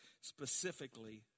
specifically